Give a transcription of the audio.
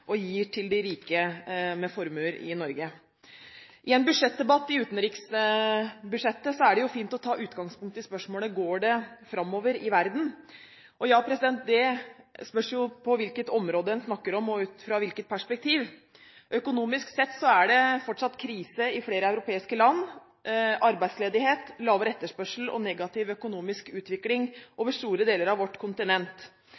og gir til rike med formuer i Norge. I en debatt om utenriksbudsjettet er det jo fint å ta utgangspunkt i spørsmålet: Går det framover i verden? Det spørs hvilket område en snakker om, og ut fra hvilket perspektiv. Økonomisk sett er det fortsatt krise i flere europeiske land, med arbeidsledighet, lavere etterspørsel og negativ økonomisk utvikling